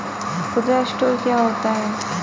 खुदरा स्टोर क्या होता है?